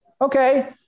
okay